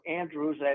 Andrews